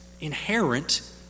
inherent